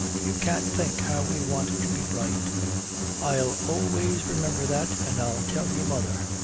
you can't think how we want to be bright i'll always remember that, and i'll tell your mother.